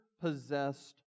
possessed